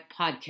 podcast